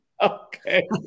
Okay